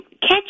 catch